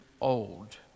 old